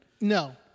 No